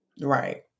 Right